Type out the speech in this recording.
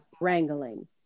wrangling